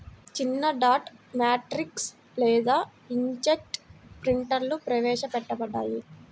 చిన్నడాట్ మ్యాట్రిక్స్ లేదా ఇంక్జెట్ ప్రింటర్లుప్రవేశపెట్టబడ్డాయి